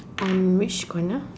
on which corner